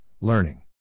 learning